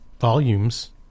volumes